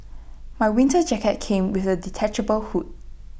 my winter jacket came with A detachable hood